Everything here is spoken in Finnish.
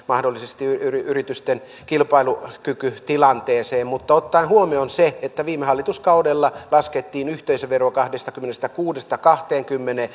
mahdollisesti yritysten kilpailukykytilanteeseen mutta ottaen huomioon että viime hallituskaudella laskettiin yhteisövero kahdestakymmenestäkuudesta kahteenkymmeneen